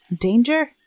danger